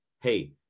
hey